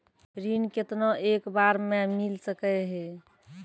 ऋण केतना एक बार मैं मिल सके हेय?